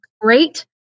great